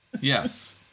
yes